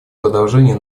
продолжения